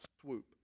swoop